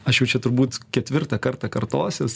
aš jau čia turbūt ketvirtą kartą kartosis